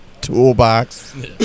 Toolbox